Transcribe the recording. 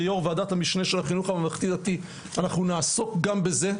כיו"ר ועדת המשנה של החינוך הממלכתי דתי אנחנו נעסוק גם בזה,